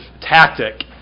tactic